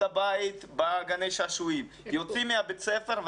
לבית בגני השעשועים יוצאים מבית הספר,